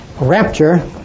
rapture